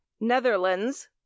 Netherlands